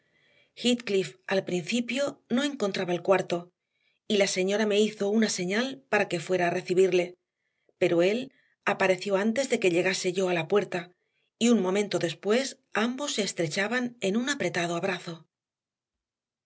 habitación heathcliff al principio no encontraba el cuarto y la señora me hizo una señal para que fuera a recibirle pero él apareció antes de que llegase yo a la puerta y un momento después ambos se estrechaban en un apretado abrazo